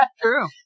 True